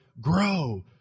grow